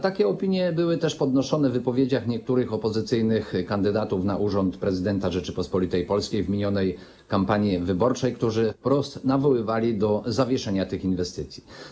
Takie opinie były też podnoszone w wypowiedziach niektórych opozycyjnych kandydatów na urząd prezydenta Rzeczypospolitej Polskiej w trakcie minionej kampanii wyborczej, którzy wprost nawoływali do zawieszenia tych inwestycji.